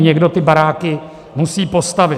Někdo ty baráky musí postavit.